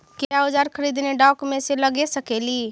क्या ओजार खरीदने ड़ाओकमेसे लगे सकेली?